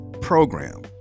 program